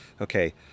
okay